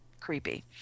creepy